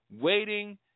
Waiting